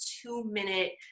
two-minute